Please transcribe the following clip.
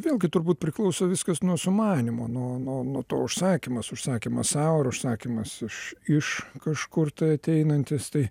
vėlgi turbūt priklauso viskas nuo sumanymo nuo nuo nuo to užsakymas užsakymas sau užsakymas iš iš kažkur tai ateinantis tai